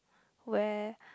where